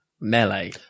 melee